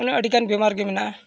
ᱢᱟᱱᱮ ᱟᱹᱰᱤᱜᱟᱱ ᱵᱤᱢᱟᱨ ᱜᱮ ᱢᱮᱱᱟᱜᱼᱟ